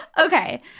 Okay